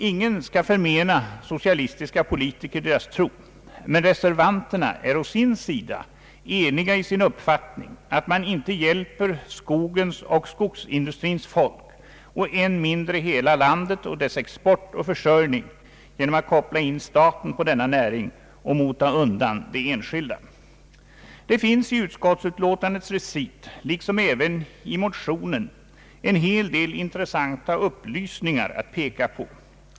Ingen skall förmena socialistiska politiker deras tro, men reservanterna är å sin sida ense i sin uppfattning att man inte hjälper skogens och skogsindustrins folk, än mindre hela landet, dess export och försörjning genom att koppla in staten på denna näring och mota undan de enskilda ägarna. Det finns i utskottsutlåtandets recit liksom i motionen en hel del intressanta upplysningar att peka på.